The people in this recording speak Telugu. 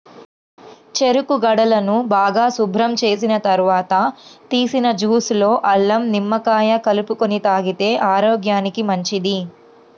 చెరుకు గడలను బాగా శుభ్రం చేసిన తర్వాత తీసిన జ్యూస్ లో అల్లం, నిమ్మకాయ కలుపుకొని తాగితే ఆరోగ్యానికి మంచిది